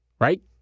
Right